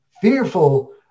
fearful